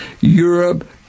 Europe